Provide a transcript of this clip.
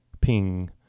ping